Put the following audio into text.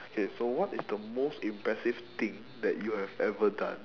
okay so what is the most impressive thing that you have ever done